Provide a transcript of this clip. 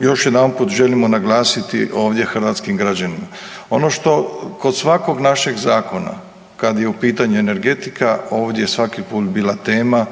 još jedan puta želimo naglasiti ovdje hrvatskim građanima. Ono što kod svakog našeg zakona kada je u pitanju energetika ovdje svaki put je bila tema